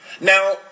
Now